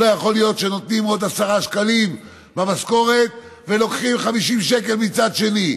לא יכול להיות שנותנים עוד 10 שקלים במשכורת ולוקחים 50 שקל מצד שני.